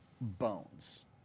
bones